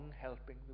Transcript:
helping